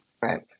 Right